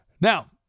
Now